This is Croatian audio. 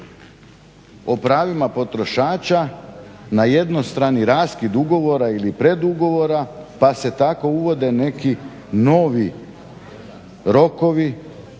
o pravima potrošača na jednostrani raskid ugovora, ili predugovora, pa se tako uvode neki novi rokovi,